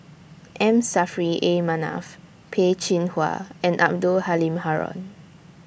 M Saffri A Manaf Peh Chin Hua and Abdul Halim Haron